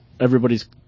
everybody's